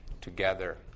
together